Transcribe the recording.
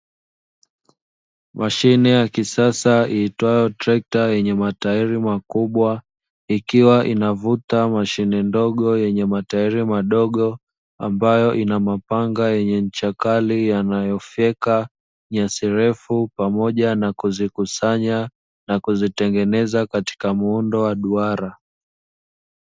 Mashine ya kisasa iitwayo trekta yenye matairi makubwa, ikiwa inavuta mashine ndogo yenye matairi madogo, ambayo ina mapanga yenye ncha kali yanayofyeka nyasi refu pamoja na kuzikusanya, na kuzitengeneza katika muundo wa duara.